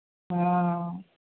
हाँ